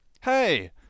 Hey